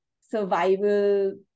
survival